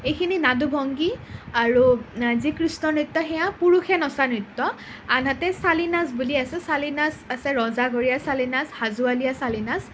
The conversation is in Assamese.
এইখিনি নাদু ভংগী আৰু যি কৃষ্ণৰ নৃত্য সেয়া পুৰুষে নচা নৃত্য আনহাতে চালি নাচ বুলি আছে চালি নাচ আছে ৰজাঘৰীয়া চালি নাচ হাজোৱালীয়া চালি নাচ